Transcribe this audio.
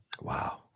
Wow